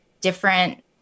different